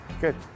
Good